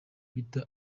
peter